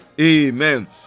Amen